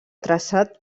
traçat